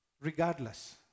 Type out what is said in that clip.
regardless